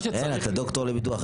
אין, אתה דוקטור לביטוח.